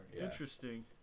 Interesting